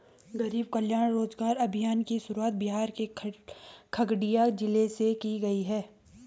गरीब कल्याण रोजगार अभियान की शुरुआत बिहार के खगड़िया जिले से की गयी है